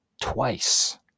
twice